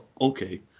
okay